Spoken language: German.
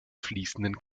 fließenden